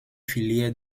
filières